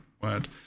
word